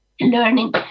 learning